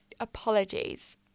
apologies